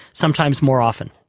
sometimes more often.